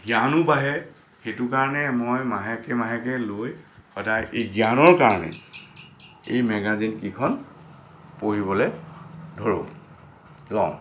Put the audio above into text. জ্ঞানো বাঢ়ে সেইটো কাৰণে মই মাহেকে মাহেকে লৈ সদায় এই জ্ঞানৰ কাৰণে এই মেগাজিনকেইখন পঢ়িবলৈ ধৰোঁ লওঁ